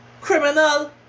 criminal